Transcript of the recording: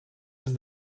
ens